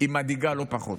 מדאיגה לא פחות.